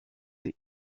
the